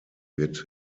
wird